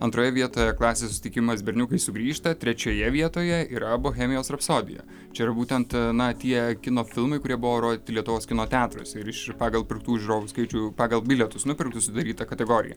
antroje vietoje klasės susitikimas berniukai sugrįžta trečioje vietoje yra bohemijos rapsodija čia ir būtent na tie kino filmai kurie buvo rodyti lietuvos kino teatruose ir iš pagal pirktų žiūrovų skaičių pagal bilietus nupirktus sudarytą kategoriją